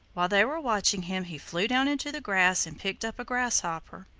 while they were watching him he flew down into the grass and picked up a grasshopper.